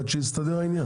עד שיסתדר העניין.